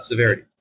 severity